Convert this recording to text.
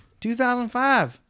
2005